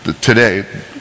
today